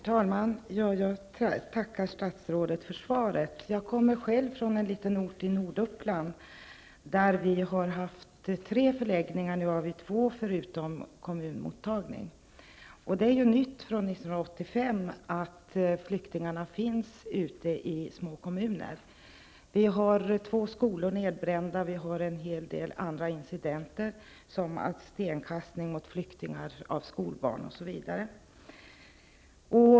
Herr talman! Jag tackar statsrådet för svaret. Jag kommer själv från en liten ort i Norduppland, där vi har haft tre flyktingförläggningar. Nu har vi två, förutom kommunmottagning. Det är nytt från 1985 att flyktingarna finns ute i små kommuner. Två skolor har bränts ned. En hel del andra incidenter har förekommit, att skolbarn har kastat sten mot flyktingar osv.